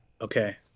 Okay